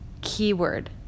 Keyword